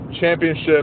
championship